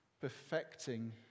perfecting